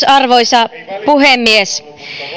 arvoisa puhemies